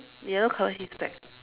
yellow color his back